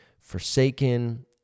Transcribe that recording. forsaken